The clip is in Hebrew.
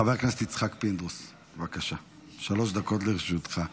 חבר הכנסת יצחק פינדרוס, בבקשה, שלוש דקות לרשותך.